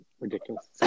ridiculous